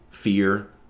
fear